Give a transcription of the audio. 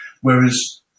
Whereas